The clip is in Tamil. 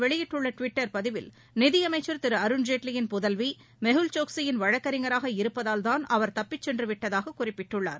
வெளியிட்டுள்ள அவர் டுவிட்டர் பதிவில் நிதியமைச்சர் திரு அருண் ஜேட்லியின் புதல்வி மெஹுல் சோக்சியின் வழக்கறிஞராக இருப்பதால்தான் அவர் தப்பிச் சென்று விட்டதாக குறிப்பிட்டுள்ளார்